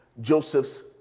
Joseph's